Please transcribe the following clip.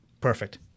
perfect